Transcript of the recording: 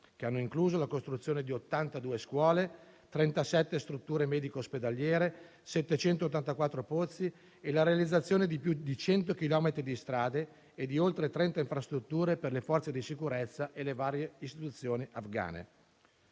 che hanno incluso la costruzione di 82 scuole, 37 strutture medico-ospedaliere, 784 pozzi e la realizzazione di più di 100 chilometri di strade e di oltre 30 infrastrutture per le forze di sicurezza e le varie istituzioni afghane.